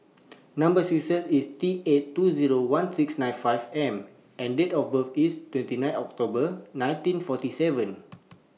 Number sequence IS T eight two Zero one six nine five M and Date of birth IS twenty nine October nineteen forty seven